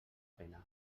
pena